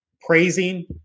praising